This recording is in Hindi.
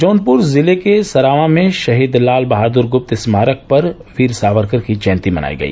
जौनपुर ज़िले के सरावां में शहीद लाल बहादुर गुप्त स्मारक पर वीर सावरकर की जयन्ती मनाई गई